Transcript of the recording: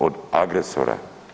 Od agresora.